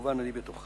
כמובן אני בתוכם,